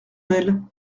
elles